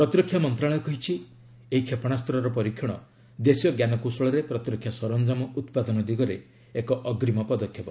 ପ୍ରତିରକ୍ଷା ମନ୍ତ୍ରଣାଳୟ କହିଛି ଏହି କ୍ଷେପଶାସ୍ତ୍ର ପରୀକ୍ଷଣ ଦେଶୀୟ ଜ୍ଞାନକୌଶଳରେ ପ୍ରତିରକ୍ଷା ସରଞ୍ଜାମ ଉତ୍ପାଦନ ଦିଗରେ ଏକ ଅଗ୍ରୀମ ପଦକ୍ଷେପ